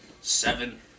seven